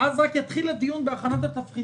אז רק יתחיל הדיון בתבחינים.